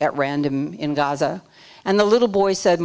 at random in gaza and the little boy said